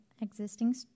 existing